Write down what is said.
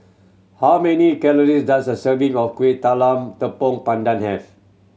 how many calories does a serving of Kueh Talam Tepong Pandan have